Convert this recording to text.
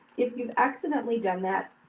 if you've accidentally done that,